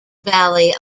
valley